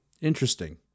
Interesting